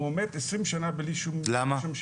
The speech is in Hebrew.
והוא עומד עשרים שנה בלי שום שימוש.